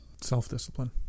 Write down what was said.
self-discipline